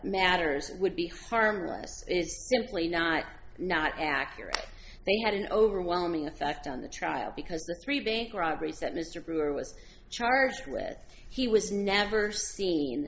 matters it would be harmless is simply not not accurate they had an overwhelming effect on the trial because the three bank robberies that mr brewer was charged with he was never seen